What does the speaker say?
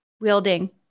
wielding